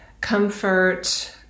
comfort